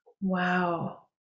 Wow